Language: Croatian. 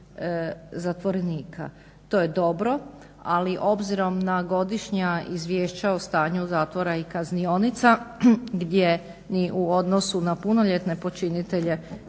To je dobro, ali obzirom na godišnja izvješća o stanju zatvora i kaznionica, gdje ni u odnosu na punoljetne počinitelje